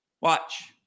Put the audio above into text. watch